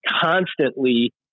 constantly